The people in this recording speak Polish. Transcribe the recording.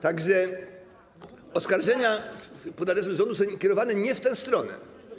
Tak że oskarżenia pod adresem rządu są kierowane nie w tę stronę.